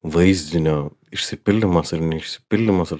vaizdinio išsipildymas ar neišsipildymas ar